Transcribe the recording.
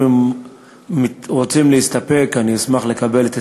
אם הם רוצים להסתפק אני אשמח לקבל את